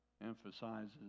emphasizes